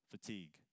Fatigue